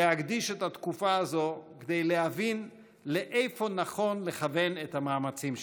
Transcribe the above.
להקדיש את התקופה הזאת כדי להבין לאיפה נכון לכוון את המאמצים שלהם.